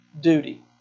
duty